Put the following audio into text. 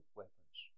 weapons